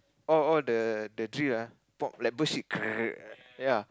all all the the drill ah pom like birdshit grr ya